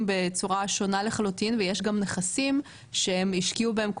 בצורה שונה לחלוטין ויש גם נכסים שהם השקיעו בהם,